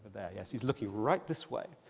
there, yes. he's looking right this way.